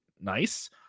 nice